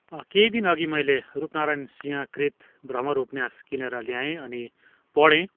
केही दिनअघि मैले रूपनारायण सिंहकृत भ्रमर उपन्यास किनेर ल्याएँ अनि पढेँ